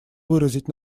выразить